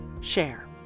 share